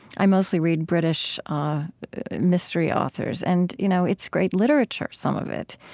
i mostly read british mystery authors. and, you know, it's great literature some of it.